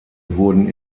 wurden